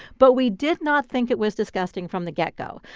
but we did not think it was disgusting from the get-go.